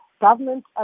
Government